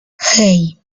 hey